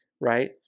right